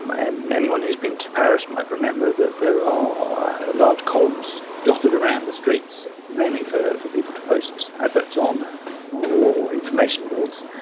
and anyone who has been to paris might remember that there are large columns dotted around the streets, mainly for for people to post adverts on or information boards.